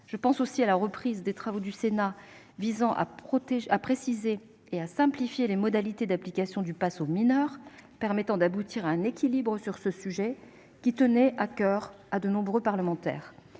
Je pense aussi à la reprise des travaux du Sénat visant à préciser et à simplifier les modalités d'application du passe aux mineurs, permettant d'aboutir à un équilibre sur ce sujet, qui tenait à coeur à de nombreux parlementaires.